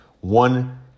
one